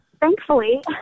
Thankfully